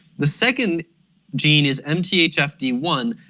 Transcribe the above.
the second gene is m t h f d one.